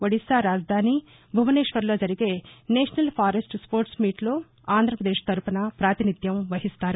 ఒడిశా రాజధాని భువనేశ్వర్లో జరిగే నేషనల్ ఫారెస్ట్ స్పోర్ట్ మీట్ లో ఆంధ్రపదేశ్ తరుపున పాతినిధ్యం వహిస్తారు